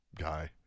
guy